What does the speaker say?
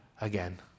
again